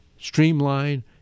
streamline